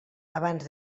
abans